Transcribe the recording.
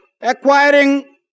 acquiring